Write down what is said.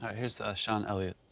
here's shawn elliot.